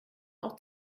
auch